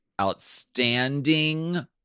outstanding